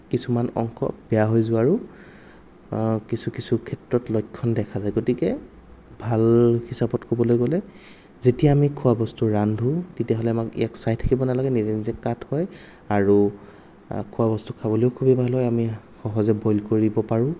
কিছুমান অংশ বেয়া হৈ যোৱাৰো কিছু কিছু ক্ষেত্ৰত লক্ষণ দেখা যায় গতিকে ভাল হিচাপত ক'বলৈ গ'লে যেতিয়া আমি খোৱা বস্তু ৰান্ধো তেতিয়াহ'লে আমাক ইয়াক চাই থাকিব নালাগে নিজে নিজে কাট্ হয় আৰু খোৱা বস্তু খাবলৈ খুবেই ভাল হয় আমি সহজে বইল কৰিব পাৰোঁ